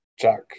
Jack